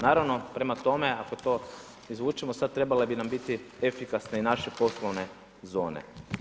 Naravno prema tome ako to izvučemo, sad trebale bi nam biti efikasne i naše poslovne zone.